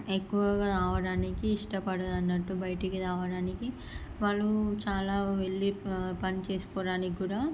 ఎక్కువగా రావడానికి ఇష్టపడరు అన్నట్టు బయటకి రావడానికి వాళ్ళు చాలా వెళ్ళి ప పని చేసుకోవడానికి కూడా